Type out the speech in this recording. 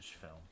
film